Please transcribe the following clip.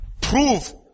Prove